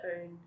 own